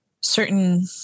certain